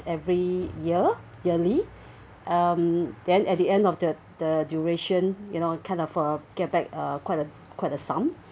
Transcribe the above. every year yearly um then at the end of the the duration you know kind of uh get back uh quite a quite a sum